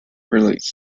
relates